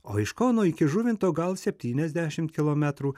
o iš kauno iki žuvinto gal septyniasdešimt kilometrų